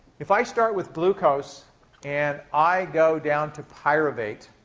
if i start with glucose and i go down to pyruvate,